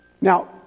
Now